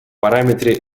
параметры